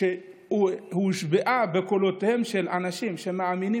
שהושבעה בקולותיהם של אנשים שמאמינים